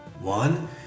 One